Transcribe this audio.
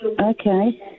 Okay